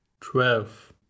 Twelve